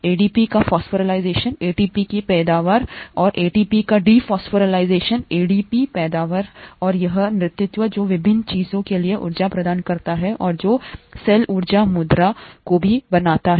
ADP का phosphorylation ATP की पैदावार और एटीपी की डीफॉस्फोराइलेशन एडीपी पैदावार और यह है नृत्य जो विभिन्न चीजों के लिए ऊर्जा प्रदान करता है और जो सेल ऊर्जा मुद्रा को भी बनाता है